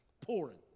pouring